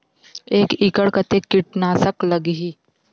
एक एकड़ कतेक किट नाशक लगही?